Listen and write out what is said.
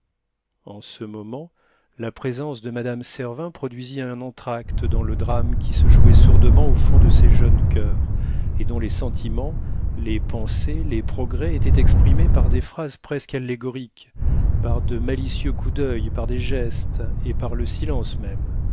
en ce moment la présence de madame servin produisit un entr'acte dans le drame qui se jouait sourdement au fond de ces jeunes coeurs et dont les sentiments les pensées les progrès étaient exprimés par des phrases presque allégoriques par de malicieux coups d'oeil par des gestes et par le silence même